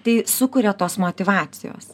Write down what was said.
tai sukuria tos motyvacijos